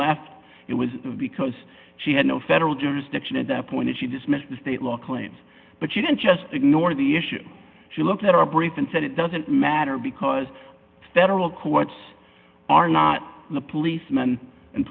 left it was because she had no federal jurisdiction at that point she dismissed the state law claims but she didn't just ignore the issue she looked at our breath and said it doesn't matter because federal courts are not the policeman and